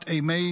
את אימי